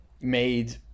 made